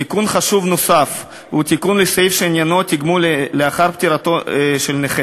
תיקון חשוב נוסף הוא תיקון לסעיף שעניינו תגמול לאחר פטירת נכה.